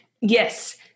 Yes